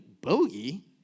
bogey